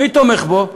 מי תומך בו?